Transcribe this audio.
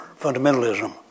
fundamentalism